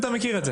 אתה מכיר את זה?